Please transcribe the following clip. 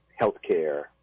healthcare